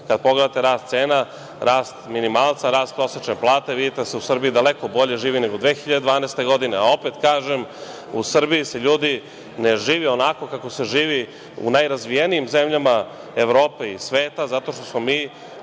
kad pogledate rast cena, rast minimalca, rast prosečne plate, vidite da se u Srbiji daleko bolje živi nego 2012. godine, a opet kažem u Srbiji se, ljudi, ne živi onako kako se živi u najrazvijenim zemljama Evrope i sveta zato što smo mi